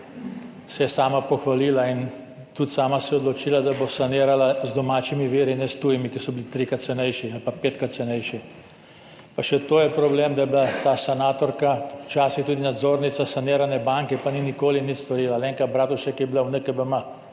Se je sama pohvalila in tudi sama se je odločila, da bo sanirala z domačimi viri ne s tujimi, ki so bili trikrat cenejši ali pa petkrat cenejši. Pa še to je problem, da je bila ta sanatorka včasih tudi nadzornica sanirane banke, pa ni nikoli nič storila. Alenka Bratušek je bila